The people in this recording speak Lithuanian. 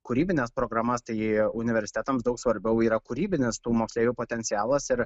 kūrybines programas tai jie universitetams daug svarbiau yra kūrybinis tų moksleivių potencialas ir